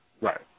right